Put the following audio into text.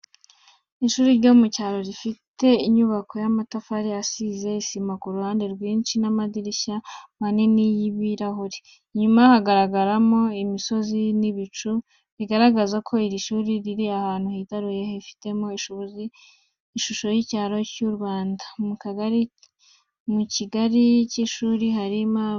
Ishuri ryo mu cyaro, rifite inyubako y’amatafari asize isima ku ruhande rwinshi n’amadirishya manini y’ibirahure. Inyuma, hagaragara imisozi n’ibicu, bigaragaza ko iri shuri riri ahantu hitaruye, hifitemo ishusho y’icyaro cy’u Rwanda. Mu gikari cy’ishuri, hari abana benshi bari gukinira hamwe, bamwe bafatanye mu ntoki mu mukino w’inziga.